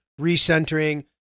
recentering